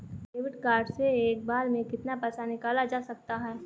Debit card से एक बार में कितना पैसा निकाला जा सकता है?